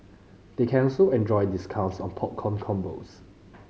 they can also enjoy discounts on popcorn combos